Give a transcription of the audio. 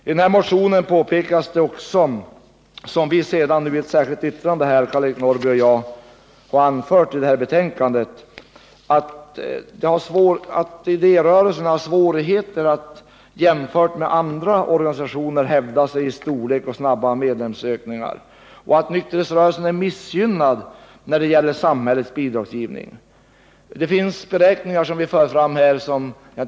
I motionen påpekas också, något som Karl-Eric Norrby och jag nu anför i ett särskilt yttrande, att idérörelsen jämfört med andra organisationer har svårigheter att hävda sig vad gäller storlek och snabba medlemsökningar samt att nykterhetsrörelsen är missgynnad i fråga om samhällets bidragsgivning. Det finns beräkningar som visar att detta är ett faktum.